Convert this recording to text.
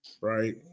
right